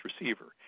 receiver